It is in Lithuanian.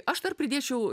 aš dar pridėčiau